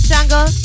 Jungle